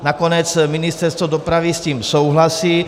Nakonec Ministerstvo dopravy s tím souhlasí.